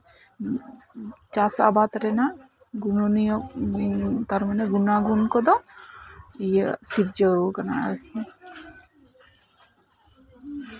ᱪᱟᱥᱟᱵᱟᱫ ᱨᱮᱭᱟᱜ ᱜᱩᱱᱚᱱᱤᱭᱚ ᱛᱟᱨ ᱢᱟᱱᱮ ᱜᱩᱱᱟᱜᱩᱱ ᱠᱚᱫᱚ ᱤᱭᱟᱹ ᱥᱤᱨᱡᱟᱹᱣ ᱠᱟᱱᱟ ᱟᱨᱠᱤ